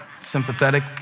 sympathetic